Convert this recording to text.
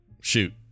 shoot